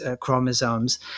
chromosomes